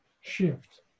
shift